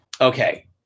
Okay